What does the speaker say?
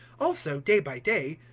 also, day by day,